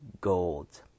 gold